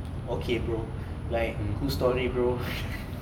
okay bro like cool story bro